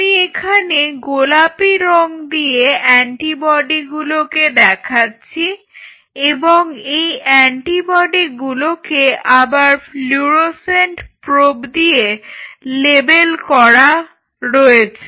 আমি এখানে গোলাপি রং দিয়ে অ্যান্টিবডিগুলোকে দেখাচ্ছি এবং এই অ্যান্টিবডিগুলোকে আবার ফ্লুরোসেন্ট প্রোব্ দিয়ে লেবেল করা রয়েছে